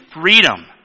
freedom